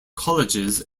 colleges